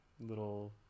little